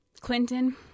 Clinton